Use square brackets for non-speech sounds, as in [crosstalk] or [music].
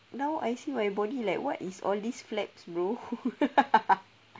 like now I see my body like what is all this flaps bro [laughs]